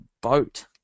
Boat